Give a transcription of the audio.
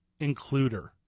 includer